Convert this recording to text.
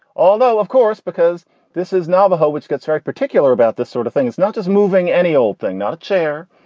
although, of course, because this is navajo, which gets very particular about this sort of thing it's not just moving any old thing, not a chair,